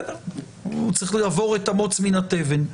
הוא צריך לבור את המוץ מן התבן.